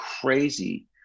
crazy